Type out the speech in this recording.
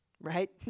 right